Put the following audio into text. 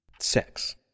sex